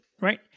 right